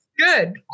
Good